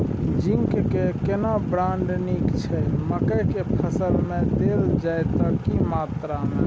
Zinc के केना brand नीक छैय मकई के फसल में देल जाए त की मात्रा में?